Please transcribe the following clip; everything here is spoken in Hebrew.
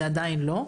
עדיין לא.